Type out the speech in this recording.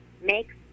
makes